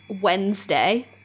Wednesday